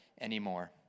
anymore